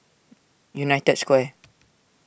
United Square